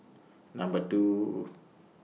Number two